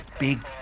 big